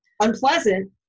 unpleasant